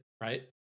right